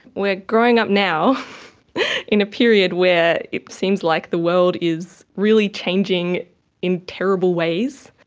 we're growing up now in a period where it seems like the world is really changing in terrible ways.